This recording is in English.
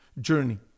journey